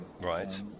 right